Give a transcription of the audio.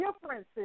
differences